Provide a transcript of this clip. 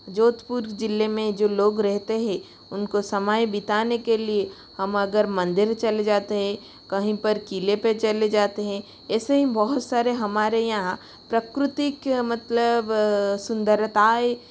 जोधपुर ज़िले में जो लोग रहते हैं उनका समय बिताने के लिए हम अगर मंदिर चले जाते हैं कहीं पर किले पे चले जाते हैं ऐसे ही बहुत सारे हमारे यहाँ प्रकृति मतलब सुन्दरता है